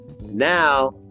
Now